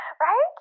Right